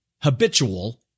habitual